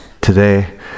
today